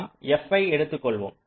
நாம் fi ஐ எடுத்துக் கொள்வோம்